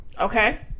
Okay